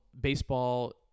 baseball